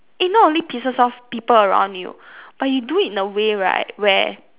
it not only pisses off people around you but you do it in a way right where